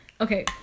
Okay